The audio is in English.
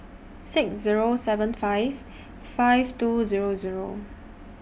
six Zero seven five five two Zero Zero